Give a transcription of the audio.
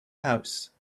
house